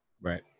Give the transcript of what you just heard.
Right